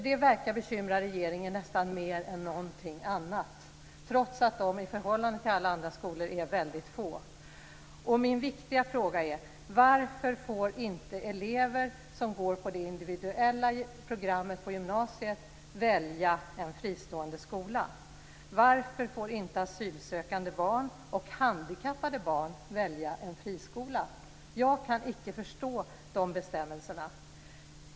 Det verkar bekymra regeringen nästan mer än någonting annat, trots att de i förhållande till alla andra skolor är mycket få. Min viktiga fråga är varför elever som går på det individuella programmet på gymnasiet inte får välja en fristående skola. Varför får inte asylsökande och handikappade barn välja en friskola? Jag kan icke förstå de bestämmelserna.